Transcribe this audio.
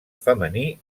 femení